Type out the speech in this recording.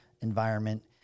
environment